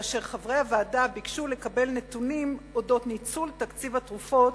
כאשר חברי הוועדה ביקשו לקבל נתונים על אודות ניצול תקציב התרופות,